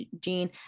gene